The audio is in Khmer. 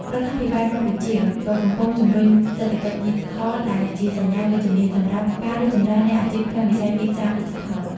រដ្ឋាភិបាលកម្ពុជាក៏កំពុងជំរុញសេដ្ឋកិច្ចឌីជីថល ដែលជាសញ្ញាវិជ្ជមានសម្រាប់ការរីកចម្រើននៃអាជីពក្នុងវិស័យទីផ្សារឌីជីថល។